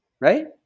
Right